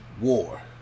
war